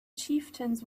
chieftains